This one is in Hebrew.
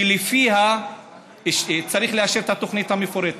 שלפיה צריך לאשר את התוכנית המפורטת.